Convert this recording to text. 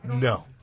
No